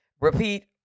repeat